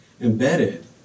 embedded